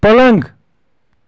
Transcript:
پلنٛگ